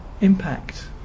impact